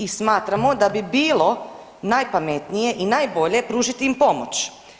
I smatramo da bi bilo najpametnije i najbolje pružiti im pomoć.